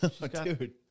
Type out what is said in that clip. Dude